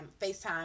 FaceTime